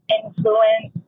influence